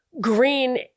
green